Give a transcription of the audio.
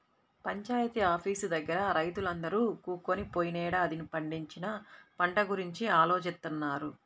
panchayat office దగ్గర రైతులందరూ కూకొని పోయినేడాది పండించిన పంట గురించి ఆలోచిత్తన్నారు